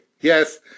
Yes